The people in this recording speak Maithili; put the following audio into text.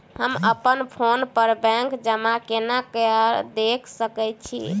हम अप्पन फोन पर बैंक जमा केना देख सकै छी?